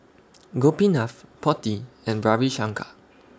Gopinath Potti and Ravi Shankar